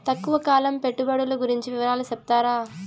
తక్కువ కాలం పెట్టుబడులు గురించి వివరాలు సెప్తారా?